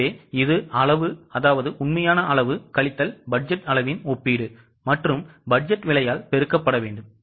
எனவே இது அளவு அதாவது உண்மையான அளவு கழித்தல் பட்ஜெட் அளவின் ஒப்பீடு மற்றும் பட்ஜெட் விலையால் பெருக்கப்பபடவேண்டும்